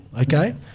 okay